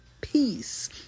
peace